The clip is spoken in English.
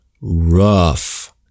rough